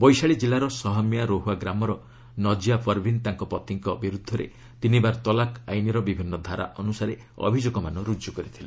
ବୈଶାଳୀ ଜିଲ୍ଲାର ସହମିଆ ରୋହୁଆ ଗ୍ରାମର ନକିଆ ପରବିନ୍ ତାଙ୍କ ପତିଙ୍କ ବିରୁଦ୍ଧରେ ତିନିବାର ତଲାକ ଆଇନ୍ର ବିଭିନ୍ନ ଧାରା ଅନୁସାରେ ଅଭିଯୋଗମାନ ରୁଜୁ କରିଥିଲେ